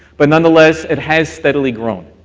but nonetheless it has steadily grown,